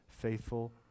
faithful